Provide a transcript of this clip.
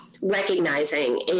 recognizing